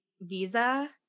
visa